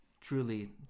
truly